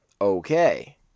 Okay